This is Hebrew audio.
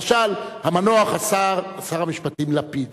למשל שר המשפטים המנוח לפיד,